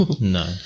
No